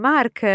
Mark